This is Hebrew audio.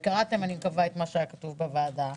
ואני מקווה שקראתם את מה שהיה כתוב בוועדה.